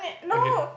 okay